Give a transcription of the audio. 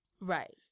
Right